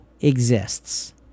exists